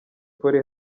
polly